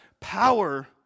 power